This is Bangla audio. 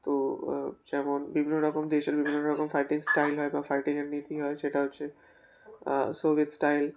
তো যেমন বিভিন্ন রকম দেশের বিভিন্ন রকম ফাইটিং স্টাইল হয় বা ফাইটিংয়ের নীতি হয় সেটা হচ্ছে সোভিয়েত স্টাইল